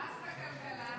הרסת את הכלכלה.